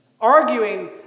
arguing